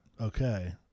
okay